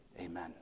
Amen